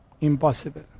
impossible